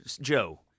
Joe